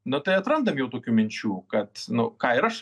nu tai atrandam jau tokių minčių kad nu ką ir aš